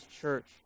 church